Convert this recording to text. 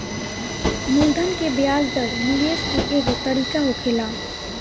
मूलधन के ब्याज दर निवेश के एगो तरीका होखेला